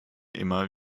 immer